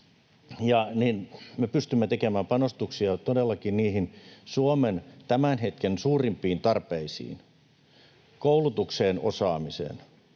me pystymme tekemään panostuksia todellakin niihin Suomen tämän hetken suurimpiin tarpeisiin: koulutukseen ja osaamiseen.